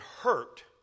hurt